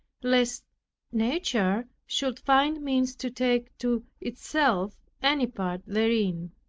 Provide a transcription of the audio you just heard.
lest nature should find means to take to itself any part therein.